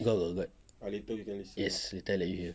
got got got yes later I let you hear